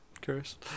curious